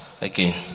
again